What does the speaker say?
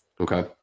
okay